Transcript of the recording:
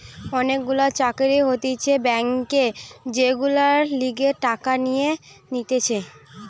অনেক গুলা চাকরি হতিছে ব্যাংকে যেগুলার লিগে টাকা নিয়ে নিতেছে